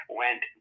went